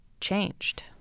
changed